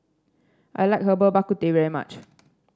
I like Herbal Bak Ku Teh very much